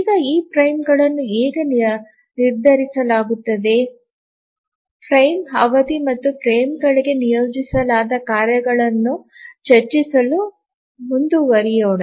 ಈಗ ಈ ಫ್ರೇಮ್ಗಳನ್ನು ಹೇಗೆ ನಿರ್ಧರಿಸಲಾಗುತ್ತದೆ ಫ್ರೇಮ್ ಅವಧಿ ಮತ್ತು ಫ್ರೇಮ್ಗಳಿಗೆ ನಿಯೋಜಿಸಲಾದ ಕಾರ್ಯಗಳನ್ನು ಚರ್ಚಿಸಲು ಮುಂದುವರಿಯೋಣ